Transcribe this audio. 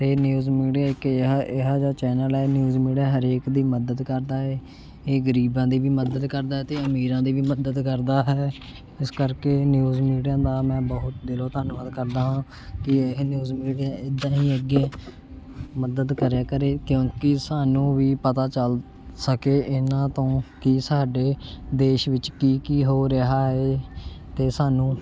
ਅਤੇ news media ਇੱਕ ਇਹਾ ਇਹਾ ਜਿਹਾ ਚੈਨਲ ਹੈ ਨਿਊਜ਼ ਮੀਡੀਆ ਹਰੇਕ ਦੀ ਮਦਦ ਕਰਦਾ ਏ ਇਹ ਗਰੀਬਾਂ ਦੀ ਵੀ ਮਦਦ ਕਰਦਾ ਅਤੇ ਅਮੀਰਾਂ ਦੀ ਵੀ ਮਦਦ ਕਰਦਾ ਹੈ ਇਸ ਕਰਕੇ ਨਿਊਜ਼ ਮੀਡੀਆ ਦਾ ਮੈਂ ਬਹੁਤ ਦਿਲੋਂ ਧੰਨਵਾਦ ਕਰਦਾ ਹਾਂ ਕਿ ਇਹ ਨਿਊਜ਼ ਮੀਡੀਆ ਇੱਦਾਂ ਹੀ ਅੱਗੇ ਮਦਦ ਕਰਿਆ ਕਰੇ ਕਿਉਂਕਿ ਸਾਨੂੰ ਵੀ ਪਤਾ ਚੱਲ ਸਕੇ ਇਹਨਾਂ ਤੋਂ ਕਿ ਸਾਡੇ ਦੇਸ਼ ਵਿੱਚ ਕੀ ਕੀ ਹੋ ਰਿਹਾ ਏ ਅਤੇ ਸਾਨੂੰ